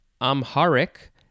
Amharic